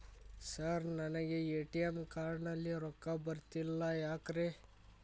Sir ನನಗೆ ATM card ನಲ್ಲಿ ರೊಕ್ಕ ಬರತಿಲ್ಲ ಯಾಕ್ರೇ?